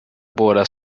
båda